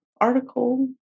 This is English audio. article